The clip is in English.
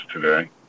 today